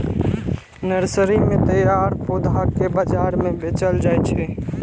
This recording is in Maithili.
नर्सरी मे तैयार पौधा कें बाजार मे बेचल जाइ छै